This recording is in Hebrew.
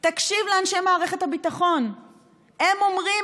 40% מאזרחי מדינת ישראל הם עולים.